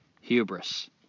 hubris